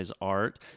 art